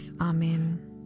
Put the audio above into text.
Amen